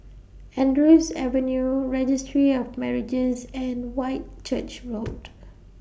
Andrews Avenue Registry of Marriages and Whitchurch Road